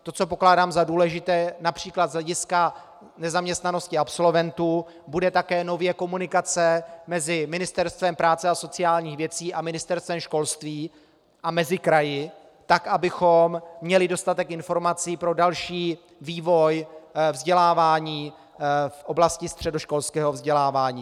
To, co pokládám za důležité například z hlediska nezaměstnanosti absolventů, bude také nově komunikace mezi Ministerstvem práce a sociálních věcí a Ministerstvem školství a mezi kraji, tak abychom měli dostatek informací pro další vývoj vzdělávání v oblasti středoškolského vzdělávání.